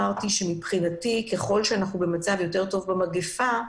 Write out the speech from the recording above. מבחינתי ככל שאנחנו במצב טוב יותר במגפה,